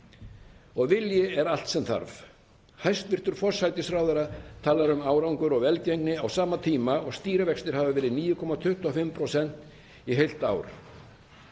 Vilji er allt sem þarf. Hæstv. forsætisráðherra talar um árangur og velgengni á sama tíma og stýrivextir hafa verið 9,25% í heilt ár.